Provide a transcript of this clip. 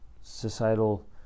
societal